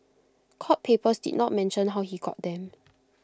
court papers did not mention how he got them